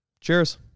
Cheers